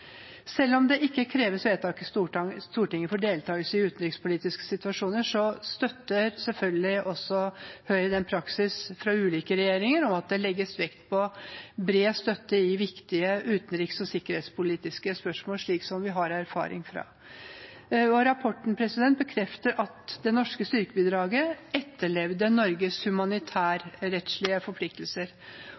Selv om det ikke kreves vedtak i Stortinget for deltakelse i utenrikspolitiske situasjoner, støtter selvfølgelig også Høyre praksisen fra ulike regjeringer for at det legges vekt på bred støtte i viktige utenriks- og sikkerhetspolitiske spørsmål, slik vi har erfaring fra. Rapporten bekrefter at det norske styrkebidraget etterlevde Norges humanitærrettslige forpliktelser.